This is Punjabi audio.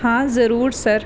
ਹਾਂ ਜ਼ਰੂਰ ਸਰ